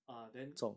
ah then